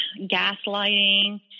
gaslighting